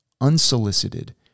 unsolicited